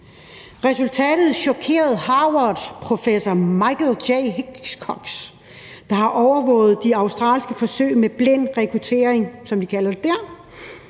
Resultatet chokerede Harvardprofessor Michael J. Hiscox, der har overvåget de australske forsøg med blind rekruttering, som de kalder det der.